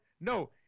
No